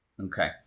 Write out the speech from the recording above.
Okay